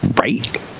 Right